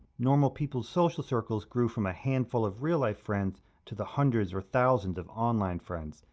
normal people's social circles grew from a handful of real-life friends to the hundreds or thousands of online friends,